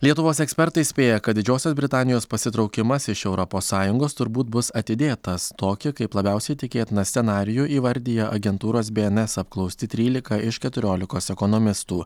lietuvos ekspertai spėja kad didžiosios britanijos pasitraukimas iš europos sąjungos turbūt bus atidėtas tokį kaip labiausiai tikėtiną scenarijų įvardija agentūros bns apklausti trylika iš keturiolikos ekonomistų